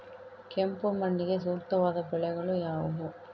ಕೆಂಪು ಮಣ್ಣಿಗೆ ಸೂಕ್ತವಾದ ಬೆಳೆಗಳು ಯಾವುವು?